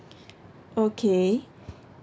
okay